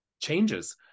changes